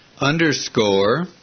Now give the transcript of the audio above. underscore